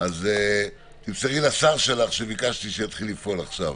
אז תמסרי לשר שלך שביקשתי שיתחיל לפעול עכשיו.